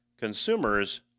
consumers